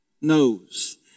knows